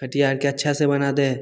खटिया आरके अच्छासँ बना दै हइ